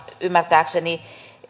ymmärtääkseni